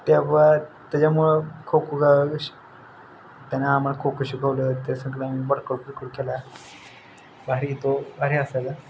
तेव्हा त्याच्यामुळं खो खो गाव शिक त्यानं आम्हाला खो खो शिकवलं त्या सगळ्यांना वर्कआऊट केला भारी तो भारी असायचा